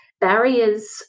Barriers